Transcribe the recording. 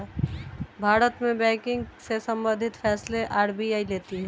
भारत में बैंकिंग से सम्बंधित फैसले आर.बी.आई लेती है